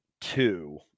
two